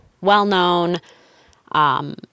well-known